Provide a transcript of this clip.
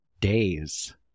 days